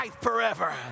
forever